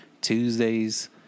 Tuesdays